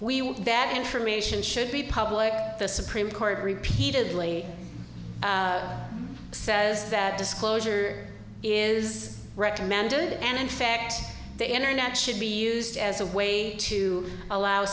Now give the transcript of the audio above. want that information should be public the supreme court repeatedly says that disclosure is recommended and in fact the internet should be used as a way to allow